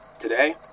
Today